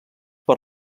per